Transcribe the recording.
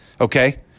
okay